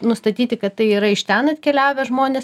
nustatyti kad tai yra iš ten atkeliavę žmonės